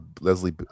Leslie